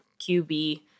QB